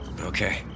Okay